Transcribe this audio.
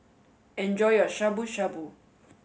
enjoy your Shabu Shabu